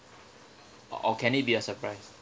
or or can it be a surprise